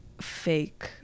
fake